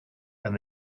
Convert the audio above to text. and